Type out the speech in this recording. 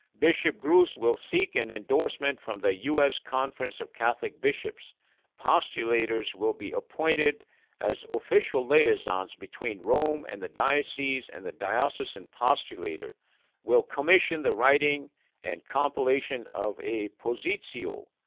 bishop gruss will seek an endorsement from the u s. conference of catholic bishops postulators will be appointed as official liaisons between rome and the diocese and the diocesan postulator will commission the writing and compilation of a positio,